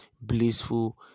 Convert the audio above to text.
blissful